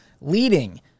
leading